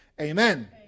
amen